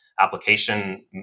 application